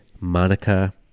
Monica